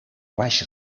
baix